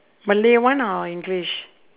malay one or english